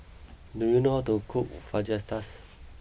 do you know how to cook Fajitas